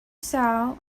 sow